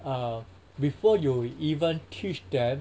uh before you even teach them